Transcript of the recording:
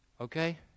Okay